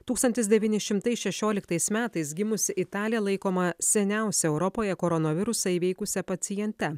tūkstantis devyni šimtai šešioliktais metais gimusi italė laikoma seniausia europoje koronavirusą įveikusia paciente